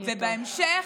ובהמשך,